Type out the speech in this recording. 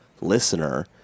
listener